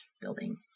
building